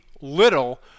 Little